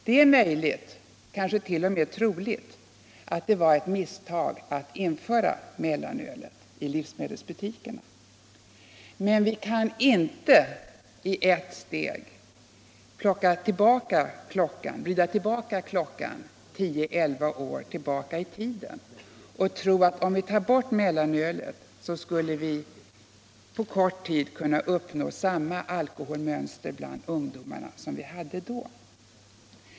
Det är möjligt, kanske t.o.m. troligt, att det var ett misstag att införa mellanölet i livsmedelsbutikerna. Men vi kan inte i ett steg vrida tillbaka klockan tio elva år i tiden i tron att vi, om vi tar bort mellanölet, på kort tid skulle kunna åstadkomma samma alkoholmönster bland ungdomarna som vi hade då.